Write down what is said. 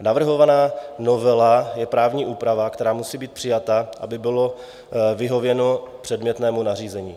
Navrhovaná novela je právní úprava, která musí být přijata, aby bylo vyhověno předmětnému nařízení.